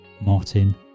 Martin